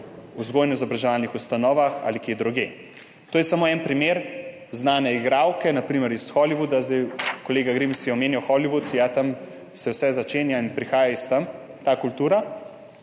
v vzgojno-izobraževalnih ustanovah ali kje drugje. To je samo en primer znane igralke, na primer, iz Hollywooda – kolega Grims je omenil Hollywood, ja, tam se vse začenja in prihaja od tod ta kultura